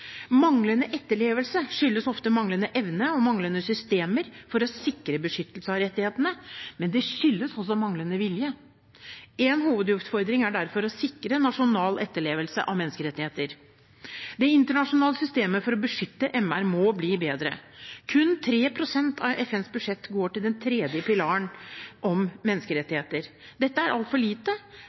Manglende etterlevelse skyldes ofte manglende evne og manglende systemer for å sikre beskyttelse av rettighetene. Men det skyldes også manglende vilje. En hovedutfordring er derfor å sikre nasjonal etterlevelse av menneskerettigheter. Det internasjonale systemet for å beskytte menneskerettighetene må bli bedre. Kun 3 pst. av FNs budsjett går til den tredje pilaren om menneskerettigheter. Dette er altfor lite.